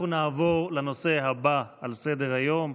אנחנו נעבור לנושא הבא על סדר-היום,